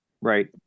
Right